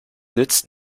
nützt